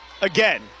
again